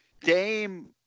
Dame